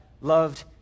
loved